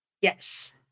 Yes